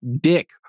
Dick